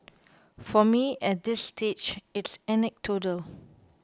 for me at this stage it's anecdotal